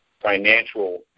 financial